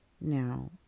Now